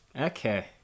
Okay